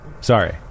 sorry